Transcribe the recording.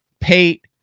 Pate